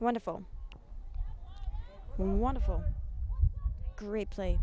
wonderful wonderful great pla